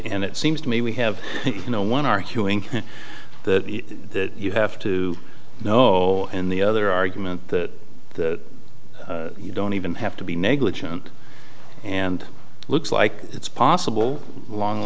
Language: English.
and it seems to me we have you know one arguing that you have to know in the other argument that you don't even have to be negligent and looks like it's possible along the